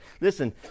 Listen